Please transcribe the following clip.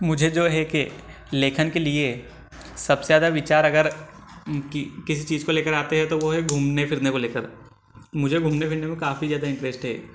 मुझे जो है कि लेखन के लिए सबसे ज्यादा विचार अगर किसी चीज को लेकर आते हैं तो वो है घूमने फिरने को लेकर मुझे घुमने फिरने में काफी ज्यादा इंटरेस्ट है